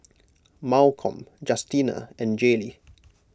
Malcom Justina and Jaylee